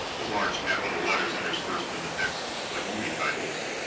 with large capital letters interspersed in the text like movie titles.